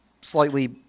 slightly